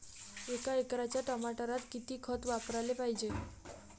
एका एकराच्या टमाटरात किती खत वापराले पायजे?